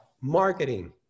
marketing